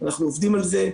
אנחנו עובדים על זה.